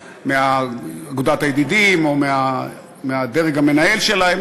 מאגודת הידידים או מהדרג המנהל שלהם,